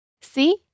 See